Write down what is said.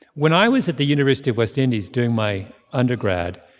when i was at the university of west indies doing my undergrad,